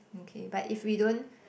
mm okay but if we don't